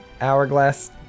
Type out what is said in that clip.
hourglass